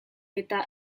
eta